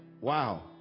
wow